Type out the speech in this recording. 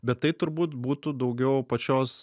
bet tai turbūt būtų daugiau pačios